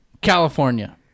California